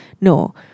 No